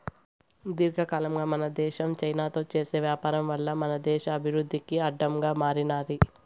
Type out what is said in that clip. దీర్ఘకాలంగా మన దేశం చైనాతో చేసే వ్యాపారం వల్ల మన దేశ అభివృద్ధికి అడ్డంగా మారినాది